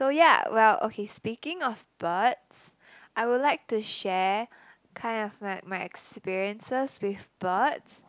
so ya well okay speaking of birds I would like to share kind of like my experiences with birds